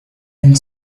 and